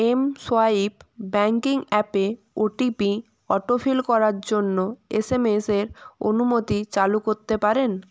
mSwipe banking অ্যাপে OTP autofill করার জন্য এসএমএসের অনুমতি চালু করতে পারেন